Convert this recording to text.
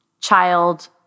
child